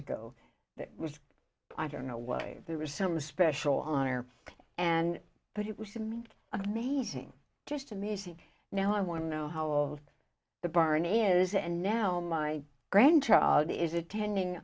ago that was i don't know what they were some special honor and but it was to me amazing just amazing now i want to know how old the barney is and now my grandchild is attending